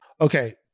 Okay